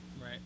Right